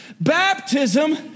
Baptism